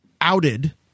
outed